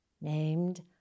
named